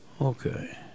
Okay